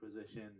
position